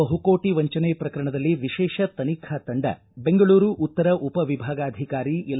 ಬಹುಕೋಟ ವಂಚನೆ ಪ್ರಕರಣದಲ್ಲಿ ವಿಶೇಷ ತನಿಖಾ ತಂಡ ಬೆಂಗಳೂರು ಉತ್ತರ ಉಪ ವಿಭಾಗಾಧಿಕಾರಿ ಎಲ್